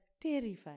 terrified